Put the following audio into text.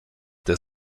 der